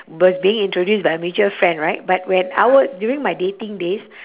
birthday introduced by a mutual friend right but when I wa~ during my dating days